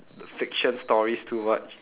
the fiction stories too much